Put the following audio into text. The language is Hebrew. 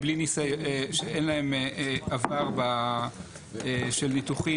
שאין להם עבר של ניתוחים.